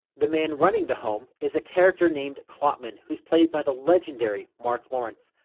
the man running the home is a character named kloppman who's played by the legendary marc lawrence.